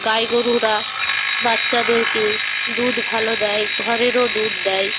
গাই গরুরা বাচ্চাদেরকে দুধ ভালো দেয় ঘরেরও দুধ দেয়